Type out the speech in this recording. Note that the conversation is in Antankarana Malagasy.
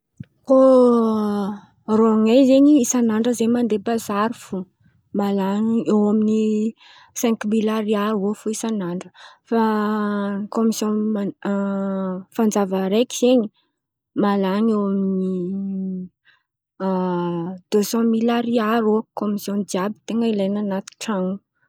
Kô rô n̈ay zen̈y isan'andra, zahay mandeha bazary fo mahalan̈y eo amin̈'ny sinkimily ariary eo isan'andra. Fa kômision fanjava araiky zen̈y mahalan̈y eo amin̈'ny desamily ariary eo kômision tena ilain̈a an̈aty tran̈o.